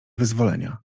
wyzwolenia